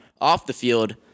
Off-the-field